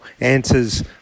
answers